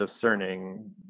discerning